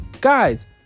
Guys